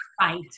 right